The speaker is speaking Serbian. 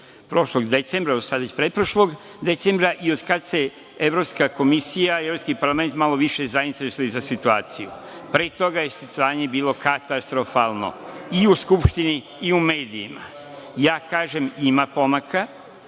prošlog decembra, sada već pretprošlog decembra i od kada su se Evropska komisija i Evropski parlament malo više zainteresovali za situaciju. Pre toga je stanje bilo katastrofalno i u Skupštini i u medijima. Ja kažem, ima pomaka